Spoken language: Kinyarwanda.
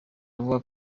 avuga